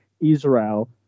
Israel